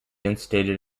instated